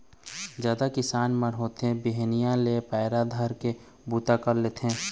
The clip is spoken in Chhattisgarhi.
जादा किसान मन होत बिहनिया ले पैरा धरे के बूता ल करथे